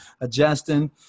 adjusting